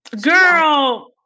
Girl